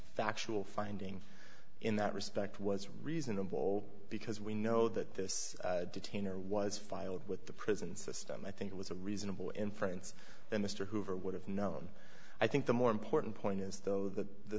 factual finding in that respect was reasonable because we know that this detainer was filed with the prison system i think it was a reasonable inference than mr hoover would have known i think the more important point is though that the